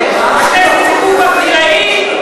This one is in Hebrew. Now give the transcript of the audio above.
הכנסת זה גוף ערטילאי?